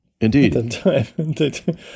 Indeed